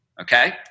Okay